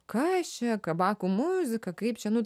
kas čia kabakų muzika kaip čia nu